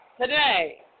Today